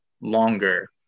longer